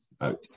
out